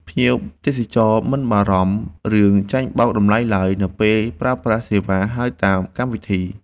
ភ្ញៀវទេសចរមិនបារម្ភរឿងចាញ់បោកតម្លៃឡើយ នៅពេលប្រើប្រាស់សេវាហៅតាមកម្មវិធី។